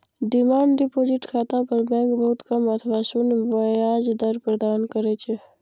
demand deposit खाता पर bank बहुत कम अथवा शून्य ब्याज दर प्रदान करै छै